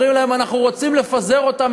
אומרים להם: אנחנו רוצים לפזר אותם,